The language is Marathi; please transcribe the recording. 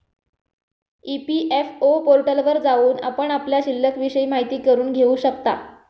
ई.पी.एफ.ओ पोर्टलवर जाऊन आपण आपल्या शिल्लिकविषयी माहिती करून घेऊ शकता